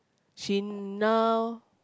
she now